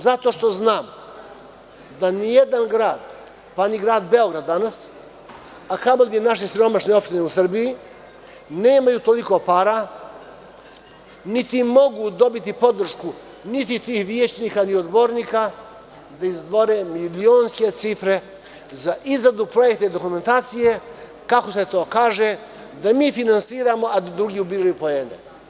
Zato što znam da nijedan grad, pa ni grad Beograd danas, a kamoli naše siromašne opštine u Srbiji, nemaju toliko para, niti mogu dobiti podršku niti tih većnika, ni odbornika, da izdvoje milionske cifre za izradu projektne dokumentacije, kako se to kaže, da mi finansiramo, a da drugi ubiraju poene.